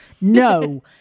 no